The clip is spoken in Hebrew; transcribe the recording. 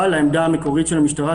אבל העמדה המקורית של המשטרה,